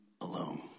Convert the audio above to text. alone